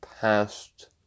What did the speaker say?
past